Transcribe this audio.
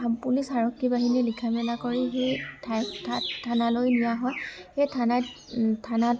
police আৰক্ষী বাহিনীয়ে লিখা মেলা কৰি সেই থানালৈ নিয়া হয় সেই থানাই থানাত